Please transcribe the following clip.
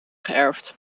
geërfd